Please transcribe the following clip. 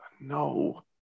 No